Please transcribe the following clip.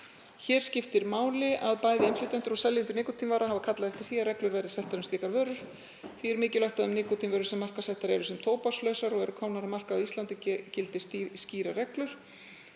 Hér skiptir máli að bæði innflytjendur og seljendur nikótínvara hafa kallað eftir því að reglur verði settar um slíkar vörur. Því er mikilvægt að um nikótínvörur, sem markaðssettar eru sem tóbakslausar og eru komnar á markað á Íslandi, gildi skýrar reglur.